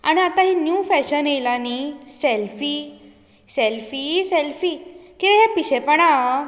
आनी आतां ही न्यू फॅशन आयला न्हय सॅल्फी सॅल्फी सॅल्फी कितें हें पिशेपणां आं